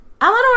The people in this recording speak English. Eleanor